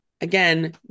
Again